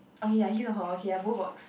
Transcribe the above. okay ya his or her ya both works